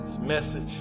message